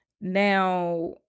Now